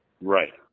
Right